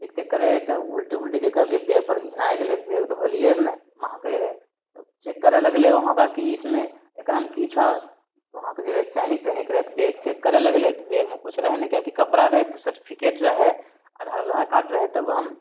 cheque तेक करय हिकै तऽ उल्टी वुल्टी जे करलियै बैगपर घिनाय गेलय बैग धोलियै ने महकइ रहय तऽ चेक करय लगलय वहाँपर कि इसमे एकरामे कि छौ वहाँके जे रहय सैनिक तैनिक रहय तऽ बैग चेक करय लगलय तऽ बैगमे किछु रहय नहि किएककि कपड़ा रहय सर्टिफिकेट रहय आधार उधार कार्ड रहय तब हम